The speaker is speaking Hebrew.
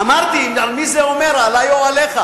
אמרתי, על מי זה אומר, עלי או עליך?